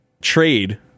trade